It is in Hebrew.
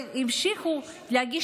והמשיכו להגיש